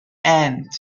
and